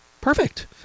Perfect